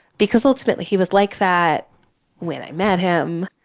because ultimately he was like that when i met him.